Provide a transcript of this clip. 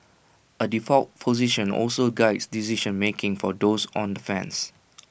A default position also Guides decision making for those on the fence